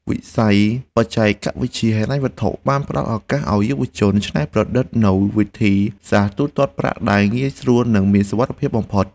វិស័យបច្ចេកវិទ្យាហិរញ្ញវត្ថុបានផ្តល់ឱកាសឱ្យយុវជនច្នៃប្រឌិតនូវវិធីសាស្ត្រទូទាត់ប្រាក់ដែលងាយស្រួលនិងមានសុវត្ថិភាពបំផុត។